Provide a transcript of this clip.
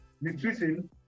nutrition